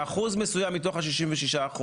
שאחוז מסוים מתוך ה- 66%,